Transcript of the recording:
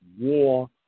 war